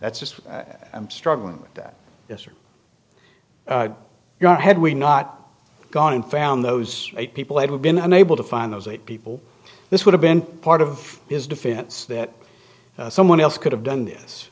that's just struggling with that yes or your had we not gone and found those people who have been unable to find those eight people this would have been part of his defense that someone else could have done this